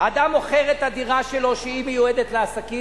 אדם מוכר את הדירה שלו, שמיועדת לעסקים.